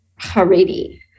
Haredi